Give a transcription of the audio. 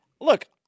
Look